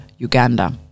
Uganda